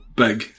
big